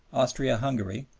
austria-hungary,